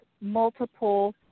multiple